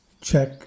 check